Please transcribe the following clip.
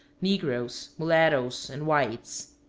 negroes, mulattoes, and whites.